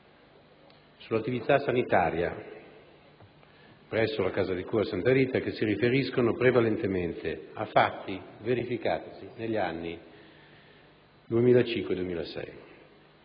sull'attività sanitaria presso la casa di cura Santa Rita che si riferiscono prevalentemente a fatti verificatisi negli anni 2005-2006.